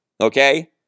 Okay